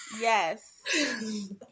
yes